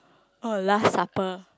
oh last supper